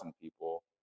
people